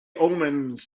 omens